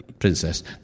Princess